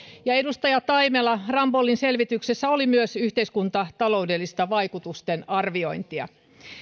edustaja taimela rambollin selvityksessä oli myös yhteiskuntataloudellista vaikutusten arviointia